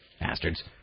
bastards